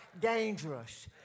dangerous